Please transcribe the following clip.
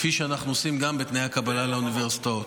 כפי שאנחנו עושים גם בתנאי הקבלה לאוניברסיטאות.